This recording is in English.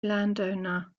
landowner